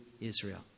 Israel